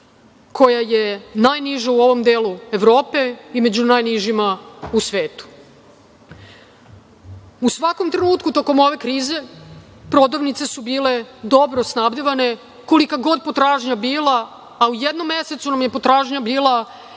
koja je najniža u ovom delu Evrope i među najnižima u svetu. U svakom trenutku tokom ove krize prodavnice su bile dobro snabdevane kolika god potražnja bila, a u jednom mesecu nam je potražnja bila